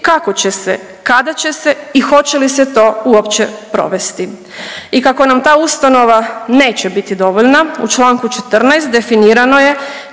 kako će se, kada će se i hoće li se to uopće provesti. I kako nam ta ustanova neće biti dovoljna u čl. 14. definirano je